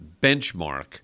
benchmark